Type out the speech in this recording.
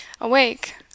awake